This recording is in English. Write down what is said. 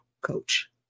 coach